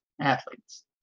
athletes